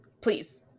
please